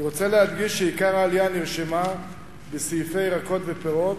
אני רוצה להדגיש שעיקר העלייה נרשם בסעיפי ירקות ופירות,